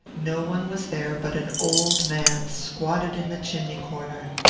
no one was there but an old man, squatted in the chimney-corner.